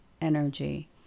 energy